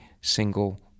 single